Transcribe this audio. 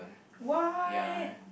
what